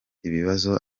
ibibazo